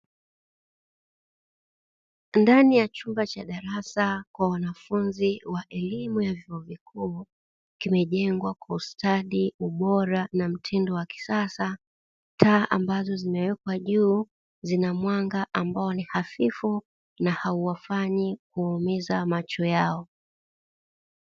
Ndani ya chumba cha darasa kwa wanafunzi wa elimu ya vyuo vikuu, kimejengwa kwa ustadi, ubora na mtindo wa kisasa; taa ambazo zimewekwa juu zina mwanga ambao ni hafifu na hauwafanyi kuumiza macho yao.